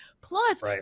Plus